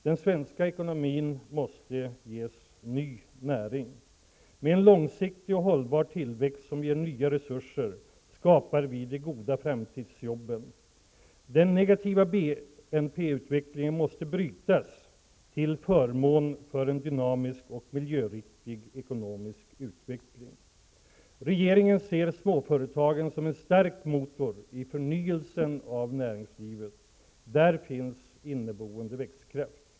Den svenska ekonomin måste ges ny näring. Med en långsiktig och hållbar tillväxt som ger nya resurser skapar vi de goda framtidsjobben. Den negativa BNP-utvecklingen måste brytas till förmån för en dynamisk och miljöriktig ekonomisk utveckling. Regeringen ser småföretagen som en stark motor i förnyelsen av näringslivet. Där finns inneboende växtkraft.